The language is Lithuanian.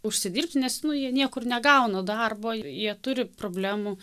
užsidirbti nes nu jie niekur negauna darbo jie turi problemų